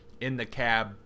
in-the-cab